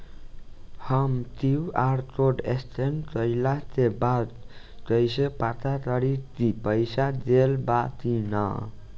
हम QR code scan कइला के बाद कइसे पता करि की पईसा गेल बा की न?